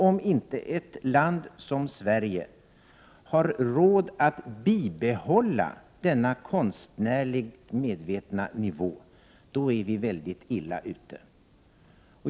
Om inte ett land som Sverige har råd att bibehålla denna konstnärligt medvetna nivå, är vi väldigt illa ute.